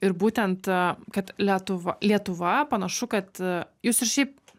ir būtent kad lietuv lietuva panašu kad jūs ir šiaip